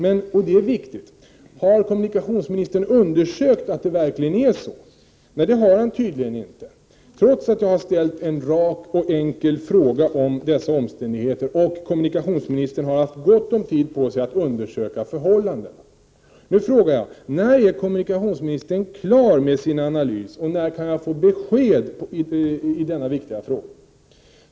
Viktigt är dock om kommunikationsministern har undersökt att det verkli gen är så. Nej, det har han tydligen inte. Detta trots att jag har ställt en rak — Prot. 1988/89:89 och enkel fråga om dessa omständigheter och att kommunikationsministern 4 april 1989 har haft gott om tid för att undersöka förhållandena. Nu frågar jag: När kan kommunikationsministern vara klar med sin analys och när kan jag få besked i denna viktiga fråga?